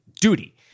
duty